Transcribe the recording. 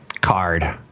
card